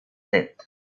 death